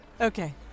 Okay